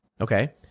Okay